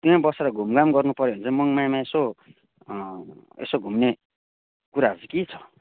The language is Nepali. त्यहाँ बसेर घुमघाम गर्नु पर्यो भने चाहिँ मङमायामा यसो यसो घुम्ने कुराहरू चाहिँ के छ